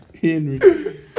Henry